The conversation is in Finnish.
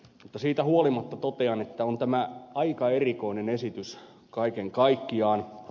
mutta siitä huolimatta totean että on tämä aika erikoinen esitys kaiken kaikkiaan